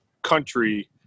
country